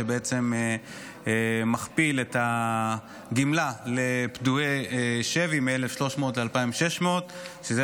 שבעצם מכפיל את הגמלה לפדויי שבי מ-1,300 ל-2,600 ש"ח,